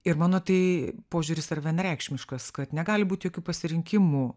ir mano tai požiūris yra vienareikšmiškas kad negali būt jokių pasirinkimų